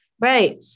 Right